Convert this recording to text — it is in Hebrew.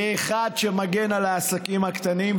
כאחד שמגן על העסקים הקטנים,